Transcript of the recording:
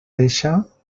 deixa